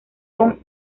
con